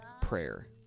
prayer